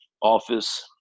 office